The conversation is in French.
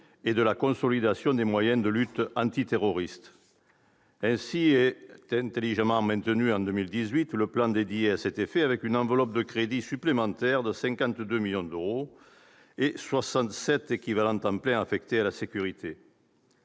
que de la consolidation des moyens de lutte antiterroriste. Ainsi sera intelligemment maintenu, en 2018, le plan dédié à cet effet, avec une enveloppe de crédits supplémentaires de 52 millions d'euros et 67 équivalents temps plein affectés à la sécurité.